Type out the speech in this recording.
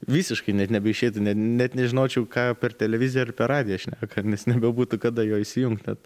visiškai net nebeišeitų net nežinočiau ką per televiziją ir per radiją šneka nes nebebūtų kada jo įsijungt net